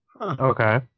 Okay